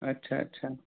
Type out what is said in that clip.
अच्छा अच्छा